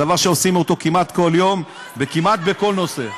דבר שעושים אותו כמעט כל יום וכמעט בכל נושא.